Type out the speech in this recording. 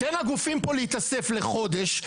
תן לגופים פה להתאסף לחודש.